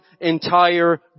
entire